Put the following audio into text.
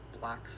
black